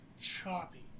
choppy